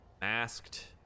masked